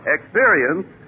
Experience